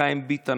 חיים ביטון,